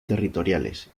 territoriales